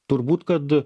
turbūt kad